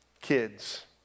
Kids